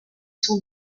sont